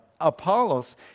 Apollos